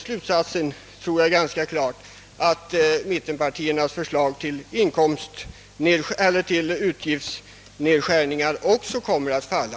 Vi kan nog förutsätta att också mittenpartiernas för slag till utgiftsnedskärningar kommer att falla.